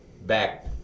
back